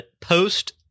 post